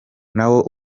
nawo